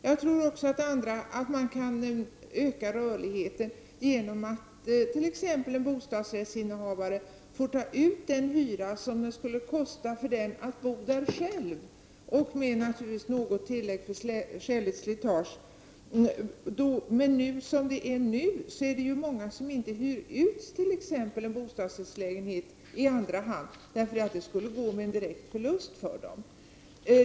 Jag tror också att man kan öka rörligheten genom att t.ex. bostadsrättsinnehavare får ta ut den hyra för lägenheten det skulle kosta dem att bo där själv, naturligtvis med något tillägg för skäligt slitage. Som det nu är, är det många som inte hyr ut t.ex. en bostadsrättslägenhet i andra hand eftersom det skulle gå med direkt förlust.